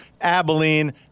Abilene